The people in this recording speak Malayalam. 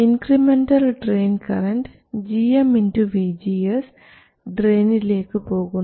incremental drain current gm vGS ഡ്രയിനിലേക്ക് പോകുന്നു